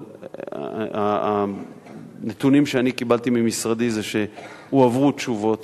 אבל הנתונים שאני קיבלתי ממשרדי הם שהועברו תשובות,